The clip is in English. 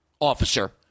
officer